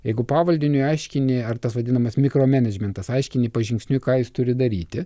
jeigu pavaldiniui aiškini ar tas vadinamas mikromenedžmentasaiškini pažingsniui ką jis turi daryti